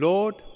Lord